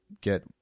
get